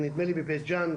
נראה לי בבית ג'אן,